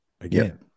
again